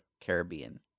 Caribbean